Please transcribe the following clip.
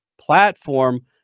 platform